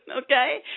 okay